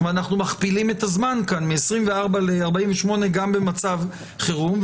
ואנחנו מכפילים כאן את הזמן מ-24 שעות ל-48 שעות גם במצב חירום,